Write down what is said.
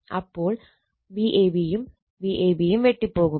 അപ്പോൾ Vab യും Vab യും വെട്ടി പോകും